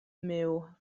myw